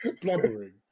Blubbering